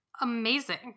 amazing